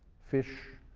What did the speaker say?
fish,